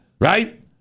right